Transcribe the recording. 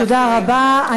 תודה רבה.